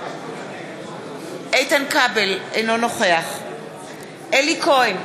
אינו נוכח אלי כהן,